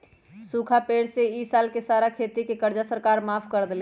सूखा पड़े से ई साल के सारा खेती के कर्जा सरकार माफ कर देलई